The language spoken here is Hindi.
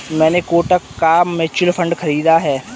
मैंने कोटक का म्यूचुअल फंड खरीदा है